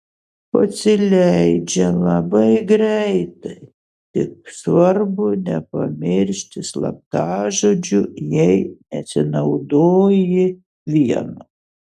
pasileidžia labai greitai tik svarbu nepamiršti slaptažodžių jei nesinaudoji vienu